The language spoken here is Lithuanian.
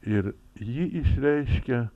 ir jį išreiškia